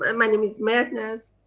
and my name is mehrnaz.